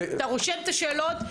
אתה רושם את השאלות,